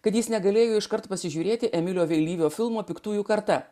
kad jis negalėjo iš karto pasižiūrėti emilio vėlyvio filmo piktųjų karta